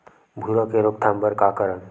भूरा के रोकथाम बर का करन?